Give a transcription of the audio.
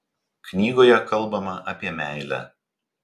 knygoje kalbama apie meilę